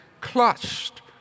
clutched